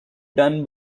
done